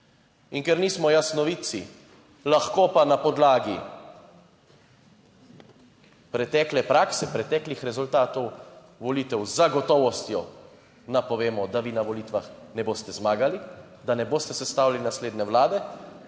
In ker nismo jasnovidci, lahko pa na podlagi pretekle prakse, preteklih rezultatov volitev z gotovostjo napovemo, da vi na volitvah ne boste zmagali, da ne boste sestavili naslednje vlade,